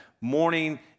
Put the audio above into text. morning